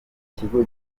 ikigo